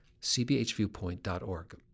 cbhviewpoint.org